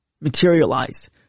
materialize